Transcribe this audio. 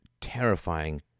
terrifying